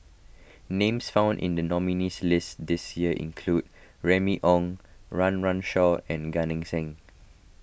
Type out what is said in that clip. names found in the nominees' list this year include Remy Ong Run Run Shaw and Gan Eng Seng